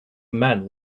men